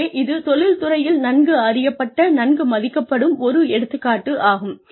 ஆகவே இது தொழில் துறையில் நன்கு அறியப்பட்ட நன்கு மதிக்கப்படும் ஒரு எடுத்துக் காட்டாகும்